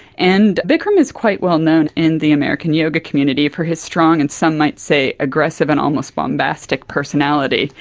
and bikram is quite well known in the american yoga community for his strong and some might say aggressive and almost bombastic personality.